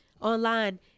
online